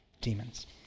demons